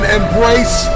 embrace